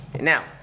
now